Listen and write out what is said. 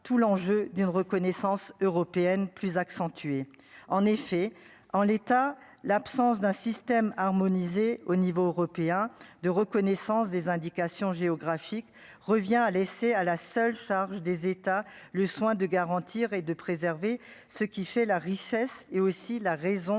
tout l'enjeu d'une reconnaissance européenne plus accentuée, en effet, en l'état, l'absence d'un système harmonisé au niveau européen de reconnaissance des indications géographiques revient à laisser à la seule charge des États le soin de garantir et de préserver ce qui fait la richesse et aussi la raison